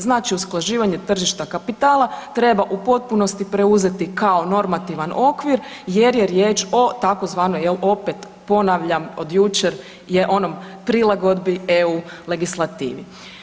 Znači usklađivanje tržišta kapitala treba u potpunosti preuzeti kao normativan okvir jer je riječ o tzv. opet ponavljam od jučer je onom prilagodbi eu legislativi.